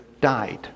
died